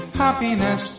happiness